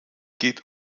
geht